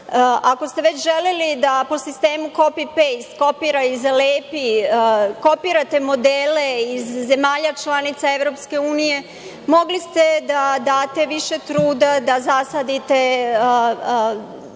Ako ste već želeli po sistemu copy paste, kopiraj i zalepi kopirate modele iz zemalja članica EU, mogli ste da date više truda recimo, da zasadite